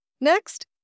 Next